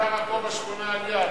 את גרה פה בשכונה על יד.